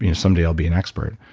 you know someday i'll be an expert.